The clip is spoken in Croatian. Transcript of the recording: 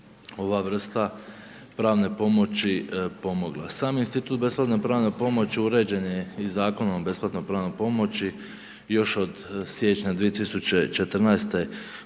ova vrsta pravne pomoći pomogla. Sam institut besplatne pravne pomoći uređen je i Zakonom o besplatnoj pravnoj pomoći još od siječnja 2014. godine,